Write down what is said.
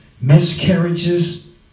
miscarriages